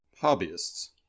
Hobbyists